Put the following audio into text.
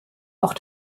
auch